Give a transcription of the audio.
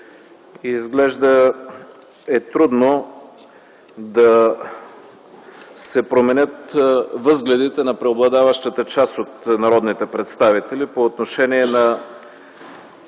изглежда е трудно да се променят възгледите на преобладаващата част от народните представители по отношение на